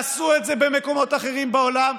עשו את זה במקומות אחרים בעולם.